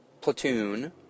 platoon